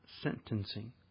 sentencing